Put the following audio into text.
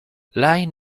lynne